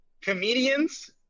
Comedians